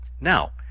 Now